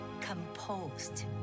Composed